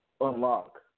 unlock